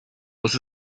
muss